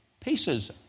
pieces